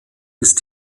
ist